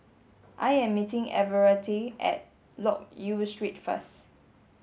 I am meeting Everette at Loke Yew Street first